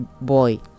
boy